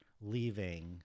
leaving